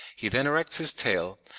he then erects his tail,